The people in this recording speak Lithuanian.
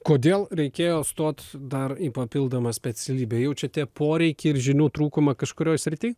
kodėl reikėjo stot dar į papildomą specialybę jaučiate poreikį ir žinių trūkumą kažkurioj srity